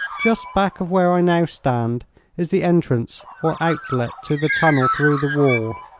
just back of where i now stand is the entrance or outlet to the tunnel through the wall.